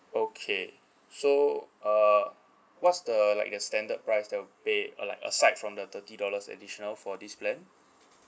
okay so uh what's the like a standard price the pay uh like aside from the thirty dollars additional for this plan